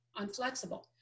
unflexible